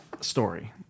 story